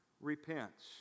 repents